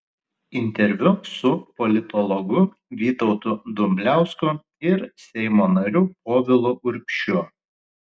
interviu su politologu vytautu dumbliausku ir seimo nariu povilu urbšiu